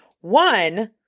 One